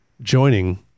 joining